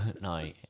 No